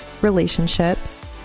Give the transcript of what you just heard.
relationships